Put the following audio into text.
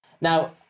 Now